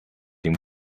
dem